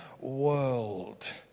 world